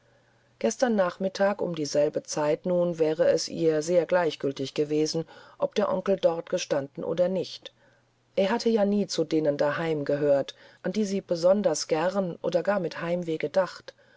gestern nachmittag um dieselbe zeit nun wäre es ihr sehr gleichgültig gewesen ob der onkel dort gestanden oder nicht er hatte ja nie zu denen daheim gehört an die sie besonders gern oder gar mit heimweh gedacht